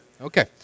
Okay